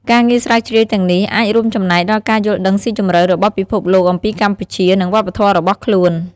ការងារស្រាវជ្រាវទាំងនេះអាចរួមចំណែកដល់ការយល់ដឹងស៊ីជម្រៅរបស់ពិភពលោកអំពីកម្ពុជា និងវប្បធម៌របស់ខ្លួន។